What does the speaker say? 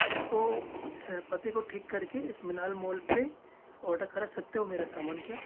इसको पते को ठीक कर के इस मिनाल मॉल पर ऑडर करा सकते हो मेरा समान क्या